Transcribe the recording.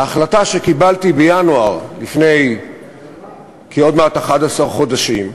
ההחלטה שקיבלתי בינואר, לפני עוד מעט 11 חודשים,